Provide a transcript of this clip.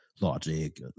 Logic